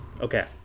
Okay